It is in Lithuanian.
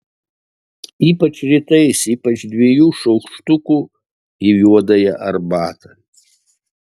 ypač rytais ypač dviejų šaukštukų į juodąją arbatą